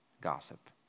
gossip